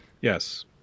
Yes